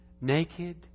naked